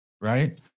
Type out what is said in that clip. right